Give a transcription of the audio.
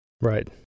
Right